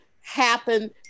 happen